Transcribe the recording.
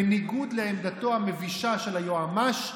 בניגוד לעמדתו המבישה של היועמ"ש,